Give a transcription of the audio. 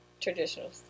traditional